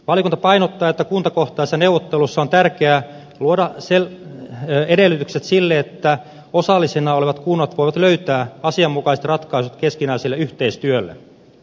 valiokunta painottaa että kuntakohtaisissa neuvotteluissa on tärkeää luoda edellytykset sille että osallisena olevat kunnat voivat löytää asianmukaiset ratkaisut keskinäisellä yhteistyöllä